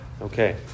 Okay